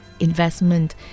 Investment